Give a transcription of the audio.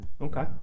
Okay